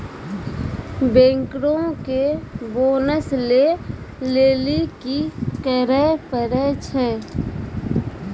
बैंकरो के बोनस लै लेली कि करै पड़ै छै?